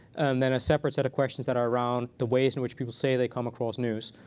and then a separate set of questions that are around the ways in which people say they come across news.